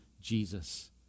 Jesus